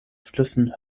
flüssen